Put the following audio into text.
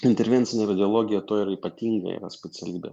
intervencinė radiologija tuo yra ypatinga specialybė